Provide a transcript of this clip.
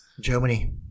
Germany